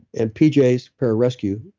and pj's pararescue,